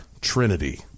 Trinity